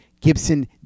Gibson